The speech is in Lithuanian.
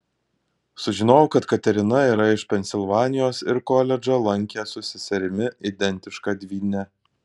sužinojau kad katerina yra iš pensilvanijos ir koledžą lankė su seserimi identiška dvyne